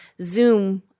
Zoom